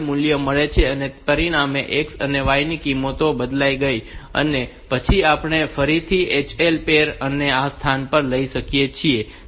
તેથી પરિણામે આ x અને y ની કિંમતો બદલાઈ ગઈ છે અને પછી આપણે ફરીથી તે HL પૅર ને આ સ્થાન પર લઈ જઈએ છીએ